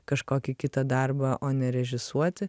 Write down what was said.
kažkokį kitą darbą o ne režisuoti